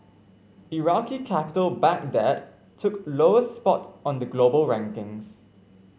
Iraqi capital Baghdad took lowest spot on the global rankings